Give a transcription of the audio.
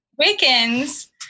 Wiccans